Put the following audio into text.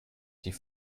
die